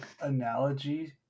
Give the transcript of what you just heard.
analogy